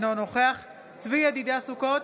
אינו נוכח צבי ידידיה סוכות,